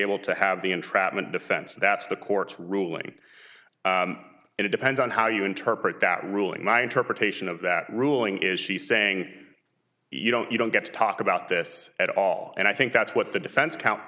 able to have the entrapment defense that's the court's ruling and it depends on how you interpret that ruling my interpretation of that ruling is she saying you don't you don't get to talk about this at all and i think that's what the defense coun